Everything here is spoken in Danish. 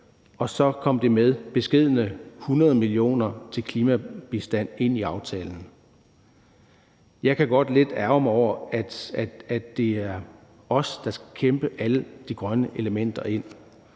og så kom det med beskedne 100 mio. kr. til klimabistand ind i aftalen. Jeg kan godt ærgre mig lidt over, at det er os, der skal kæmpe alle de grønne elementer ind.